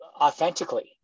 authentically